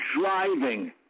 driving